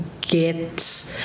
get